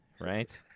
Right